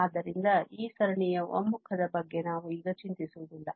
ಆದ್ದರಿಂದ ಈ ಸರಣಿಯ ಒಮ್ಮುಖ ದ ಬಗ್ಗೆ ನಾವು ಈಗ ಚಿಂತಿಸುವುದಿಲ್ಲ